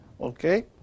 Okay